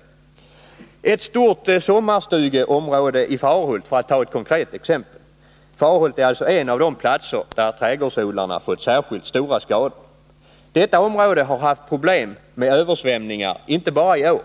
För att ta ett konkret exempel kan jag nämna att man inom ett stort sommarstugeområde i Farhult, en av de platser där trädgårdsodlingarna fått särskilt stora skador, har haft problem med översvämningar — inte bara i år